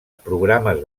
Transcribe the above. programes